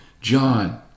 John